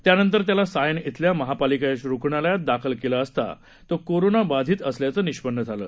त्यानंतर त्याला सायन इथल्या महापालिकेच्या रुग्णालयात दाखल केलं असता तो कोरोना बाधित असल्याचं निष्पन्न झालं